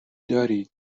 دارید